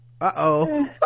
Uh-oh